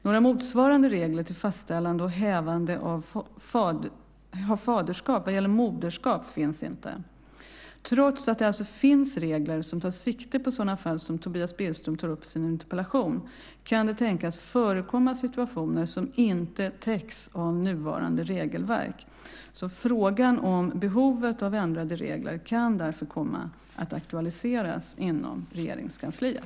Några motsvarande regler till fastställande och hävande av faderskap vad gäller moderskap finns inte. Trots att det alltså finns vissa regler som tar sikte på sådana fall som Tobias Billström tar upp i sin interpellation, kan det tänkas förekomma situationer som inte täcks av nuvarande regelverk. Frågan om behovet av ändrade regler kan därför komma att aktualiseras inom Regeringskansliet.